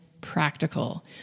practical